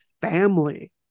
family